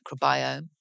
microbiome